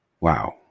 Wow